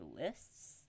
lists